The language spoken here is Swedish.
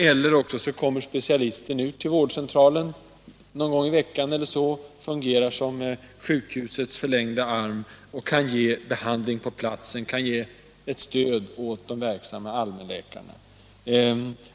Eller också kommer specialister ut till vårdcentralen någon gång i veckan och fungerar som sjukhusets förlängda arm och kan ge behandling på platsen och bli ett stöd åt de verksamma allmänläkarna.